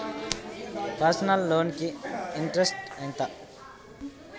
Personal loan కి interest ఎంత?